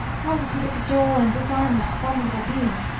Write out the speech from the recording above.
how was he to cajole and disarm this formidable being?